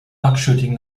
duckshooting